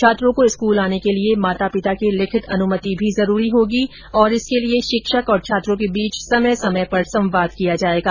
छात्रों को स्कूल आने के लिए माता पिता की लिखित अनुमति भी जरूरी होगी और इसके लिए शिक्षक तथा छात्रों के बीच समय समय पर संवाद किया जाएगा